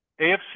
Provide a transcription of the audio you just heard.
AFC